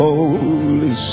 Holy